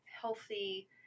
healthy